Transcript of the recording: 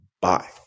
Bye